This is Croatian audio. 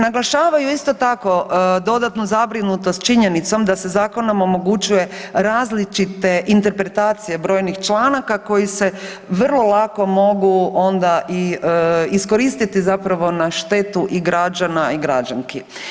Naglašavaju isto tako dodatnu zabrinutost činjenicom da se zakonom omogućuju različite interpretacije brojnih članaka koji se vrlo lako mogu onda i iskoristiti zapravo na štetu i građana i građanki.